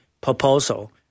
proposal